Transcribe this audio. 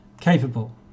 capable